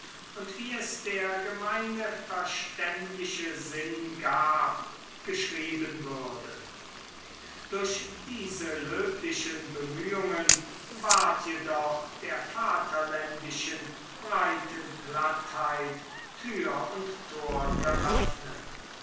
und wie es der gemeine verständliche sinn gab geschrieben würde durch diese löblichen bemühungen ward jedoch der vaterländischen breiten plattheit tür und tor geöffnet